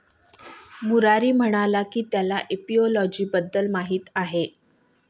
मुरारी म्हणाला की त्याला एपिओलॉजी बद्दल माहीत आहे